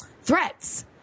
threats